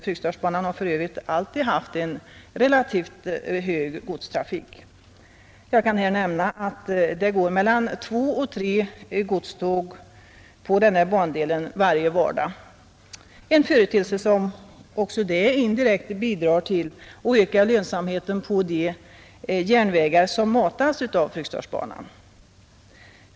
Fryksdalsbanan har för övrigt alltid haft en relativt hög godstrafik. Jag kan här nämna att det går två eller tre godståg på denna bandel varje vardag, en företeelse som också det indirekt bidrar till att öka lönsamheten på de järnvägar som matas av Fryksdalsbanan.